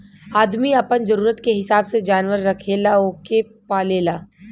आदमी आपन जरूरत के हिसाब से जानवर रखेला ओके पालेला